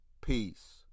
Peace